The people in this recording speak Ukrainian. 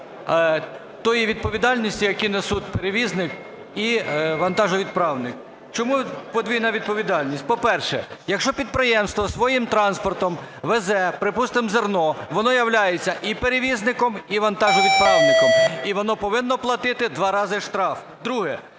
тої відповідальності, яку несуть перевізник і вантажовідправник. Чому подвійна відповідальність? По-перше, якщо підприємство своїм транспортом везе, припустімо, зерно, воно являється і перевізником, і вантажовідправником. І воно повинно платити 2 рази штраф. Друге